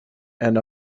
and